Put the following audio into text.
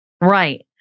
Right